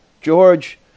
George